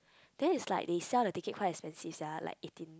then it's like they sell the ticket quite expensive sia like eighteen